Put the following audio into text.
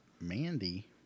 Mandy